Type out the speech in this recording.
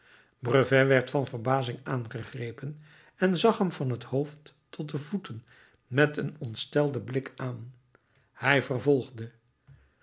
brevet werd van verbazing aangegrepen en zag hem van het hoofd tot de voeten met een ontstelden blik aan hij vervolgde